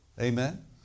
Amen